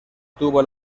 tuvo